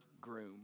groom